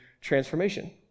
transformation